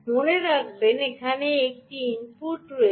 মনে রাখবেন এখানে একটি ইনপুট রয়েছে